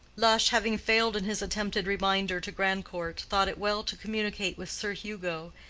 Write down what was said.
lush, having failed in his attempted reminder to grandcourt, thought it well to communicate with sir hugo,